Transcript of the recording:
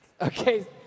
Okay